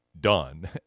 Done